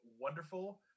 wonderful